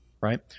right